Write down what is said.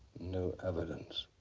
new evidence.